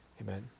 Amen